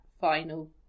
final